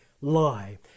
lie